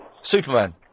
Superman